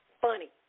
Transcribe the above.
funny